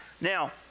Now